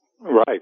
Right